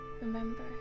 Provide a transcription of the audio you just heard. Remember